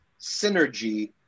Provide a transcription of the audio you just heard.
synergy